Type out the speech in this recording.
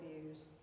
views